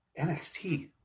NXT